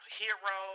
hero